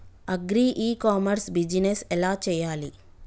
Agri e commerce business ఎలా చెయ్యాలి?